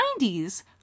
90s